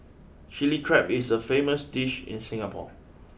Chilli Crab is a famous dish in Singapore